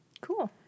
Cool